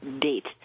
date